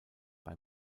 bei